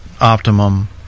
optimum